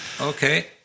Okay